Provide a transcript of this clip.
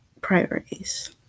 priorities